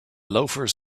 loafers